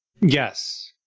Yes